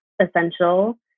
essential